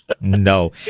No